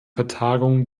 vertagung